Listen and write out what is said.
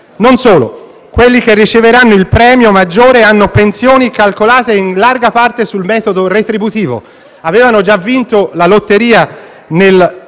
Non solo: quelli che riceveranno il premio maggiore hanno pensioni calcolate in larga parte sul metodo retributivo. Avevano quindi già vinto la lotteria nel